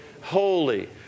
holy